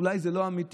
אולי זה לא אמיתי,